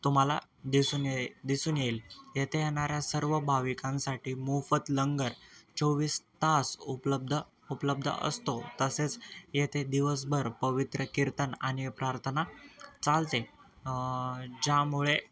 तुम्हाला दिसून ये दिसून येईल येथे येणाऱ्या सर्व भाविकांसाठी मोफत लंगर चोवीस तास उपलब्ध उपलब्ध असतो तसेच येथे दिवसभर पवित्र कीर्तन आणि प्रार्थना चालते ज्यामुळे